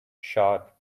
sharp